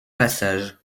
passage